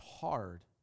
hard